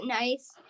nice